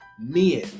men